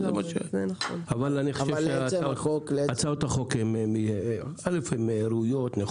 אני חושב שהצעות החוק הן נכונות, ראויות.